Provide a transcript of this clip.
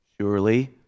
surely